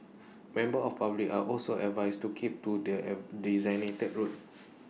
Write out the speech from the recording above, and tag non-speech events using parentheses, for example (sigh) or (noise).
members of public are also advised to keep to the (hesitation) designated route